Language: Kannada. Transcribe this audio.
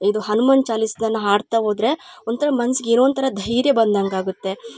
ಇದು ಹನುಮಾನ್ ಚಾಲಿಸ್ನನ್ನ ಹಾಡ್ತ ಹೋದರೆ ಒಂಥರ ಮನ್ಸಿಗೆ ಏನೋ ಒಂಥರ ಧೈರ್ಯ ಬಂದಂಗೆ ಆಗುತ್ತೆ